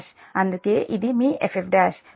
అందుకే ఇది మీ F F1